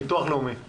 ביטוח לאומי.